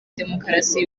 demokarasi